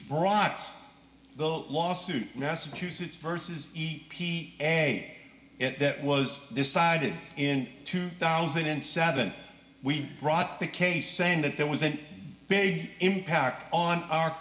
brought the lawsuit massachusetts versus e p a that was decided in two thousand and seven we brought the case saying that there was an big impact on our